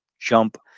jump